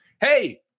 Hey